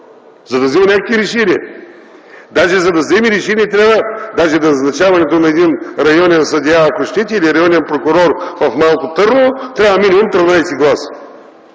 за да взима някакви решения. Даже, за да вземе решение, даже за назначаването на един районен съдия, ако щете, или районен прокурор в Малко Търново, трябва минимум 13 гласа,